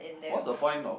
what's the point of